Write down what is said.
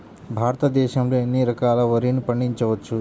భారతదేశంలో ఎన్ని రకాల వరిని పండించవచ్చు